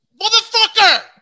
Motherfucker